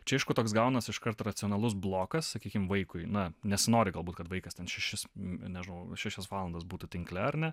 čia aišku toks gaunas iškart racionalus blokas sakykim vaikui na nesinori galbūt kad vaikas ten šešis nežinau šešias valandas būtų tinkle ar ne